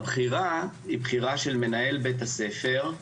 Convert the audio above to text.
הבחירה היא בחירה של מנהל בית הספר,